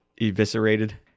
eviscerated